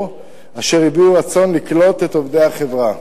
אשר הביעו רצון לקלוט את עובדי החברה.